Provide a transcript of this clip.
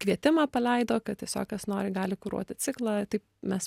kvietimą paleido kad tiesiog kas nori gali kuruoti ciklą taip mes